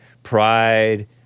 Pride